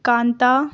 کانتا